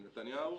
עם נתניהו,